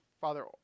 Father